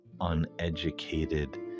uneducated